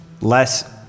less